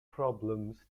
problems